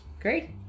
great